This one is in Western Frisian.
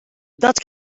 dat